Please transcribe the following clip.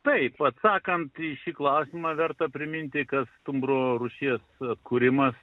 taip atsakant į šį klausimą verta priminti kad stumbro rūšies atkūrimas